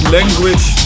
Language